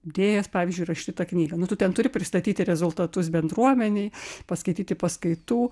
dėjęs pavyzdžiui rašyti tą knygą nu tu ten turi pristatyti ir rezultatus bendruomenei paskaityti paskaitų